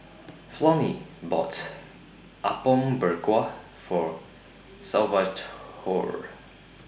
Flonnie bought Apom Berkuah For Salvatore